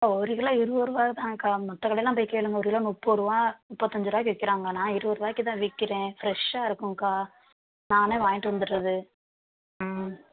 ஒரு கிலோ இருபது ருபா தான்க்கா மற்ற கடையெலாம் போய் கேளுங்க ஒரு கிலோ முப்பது ரூவா முப்பத்தஞ்சு ருபாக்கி விற்கிறாங்க நான் இருபது ருபாக்கி தான் விற்கிறேன் ஃப்ரெஷ்ஷாக இருக்கும்க்கா நானே வாங்கிட்டு வந்துடறது ம்